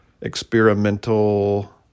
experimental